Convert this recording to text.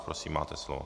Prosím, máte slovo.